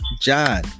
john